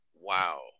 wow